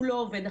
לא עובד.